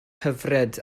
hyfryd